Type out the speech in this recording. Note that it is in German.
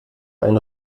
ein